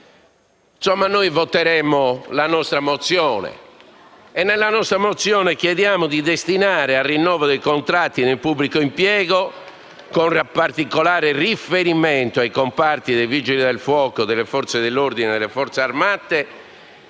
Pertanto voteremo a favore della nostra mozione, con cui chiediamo di destinare al rinnovo dei contratti nel pubblico impiego, con particolare riferimento ai comparti dei Vigili del fuoco, delle Forze dell'ordine e delle Forze armate,